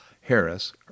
Harris